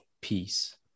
peace